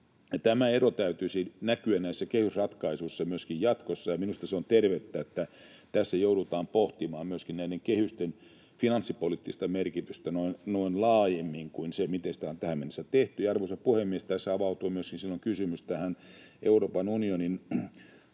Tämän eron täytyisi näkyä näissä kehysratkaisuissa myöskin jatkossa, ja minusta on tervettä, että tässä joudutaan pohtimaan myöskin näiden kehysten finanssipoliittista merkitystä noin laajemmin kuin miten sitä on tähän mennessä tehty. Arvoisa puhemies! Tässä avautuu myöskin silloin kysymys näistä Euroopan unionin